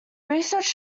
research